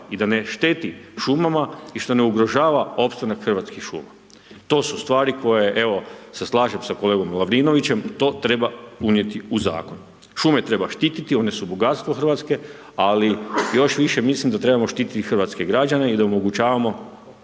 i da ne šteti šumama i što ne ugrožava opstanak Hrvatskih šuma. To su stvari koje evo se slažem sa kolegom Lovrinovićem, to treba unijeti u zakon. Šume treba štititi. One su bogatstvo Hrvatske. Ali još više mislim da trebamo štititi hrvatske građane i da omogućavamo